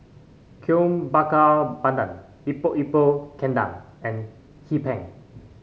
Kuih Bakar Pandan Epok Epok Kentang and Hee Pan